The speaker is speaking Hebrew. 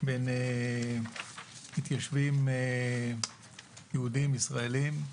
בין מתיישבים יהודים, ישראלים,